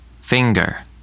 finger